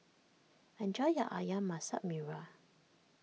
enjoy your Ayam Masak Merah